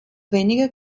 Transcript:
wenige